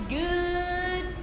good